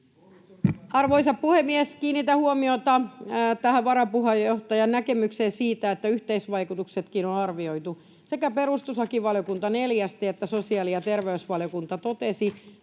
Arvoisa puhemies! Kiinnitän huomiota tähän varapuheenjohtajan näkemykseen siitä, että yhteisvaikutuksetkin on arvioitu. Sekä perustuslakivaliokunta neljästi että sosiaali- ja terveysvaliokunta totesivat